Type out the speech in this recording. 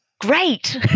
Great